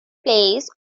plays